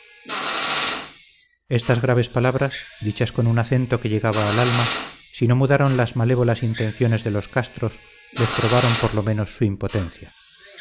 estas graves palabras dichas con un acento que llegaba al alma si no mudaron las malévolas intenciones de los castros les probaron por lo menos su impotencia